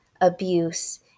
abuse